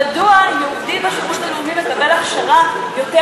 מדוע יהודי בשירות הלאומי מקבל הכשרה יותר